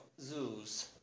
zoos